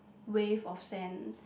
wave of sand